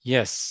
Yes